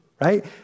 right